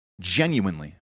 genuinely